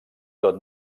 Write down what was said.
tot